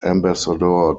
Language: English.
ambassador